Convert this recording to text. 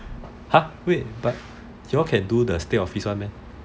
wait you all can do the stay office [one] meh